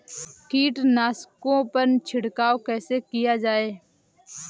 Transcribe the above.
कीटनाशकों पर छिड़काव कैसे किया जाए?